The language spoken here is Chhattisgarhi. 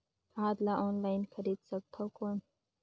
खाद ला ऑनलाइन खरीदे सकथव कौन?